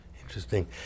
Interesting